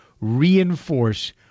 reinforce